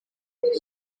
abantu